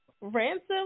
Ransom